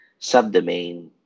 subdomain